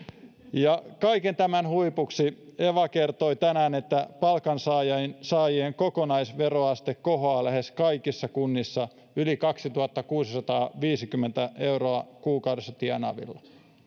ja kaiken tämän huipuksi eva kertoi tänään että palkansaajien kokonaisveroaste kohoaa lähes kaikissa kunnissa yli kaksituhattakuusisataaviisikymmentä euroa kuukaudessa tienaavilla